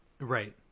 Right